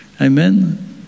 Amen